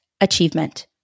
Achievement